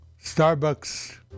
Starbucks